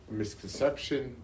misconception